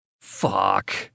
fuck